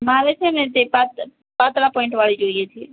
મારે છે ને તે પાતળા પોઈંટવાળી જોઈએ છીએ